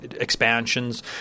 expansions